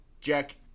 Jack